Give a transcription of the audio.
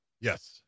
Yes